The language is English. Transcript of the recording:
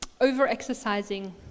over-exercising